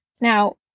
Now